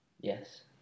Yes